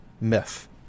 myth